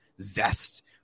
zest